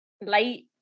light